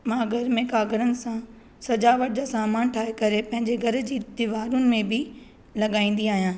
मां घर में काॻड़नि सां सजावट जा सामान ठाहे करे पंहिंजे घर जी दीवारुनि में बि लॻाईंदी आहियां